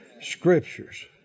Scriptures